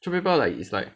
throw paper like is like